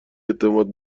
اعتماد